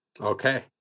Okay